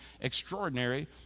extraordinary